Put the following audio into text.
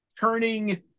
turning